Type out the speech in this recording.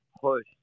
push